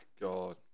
god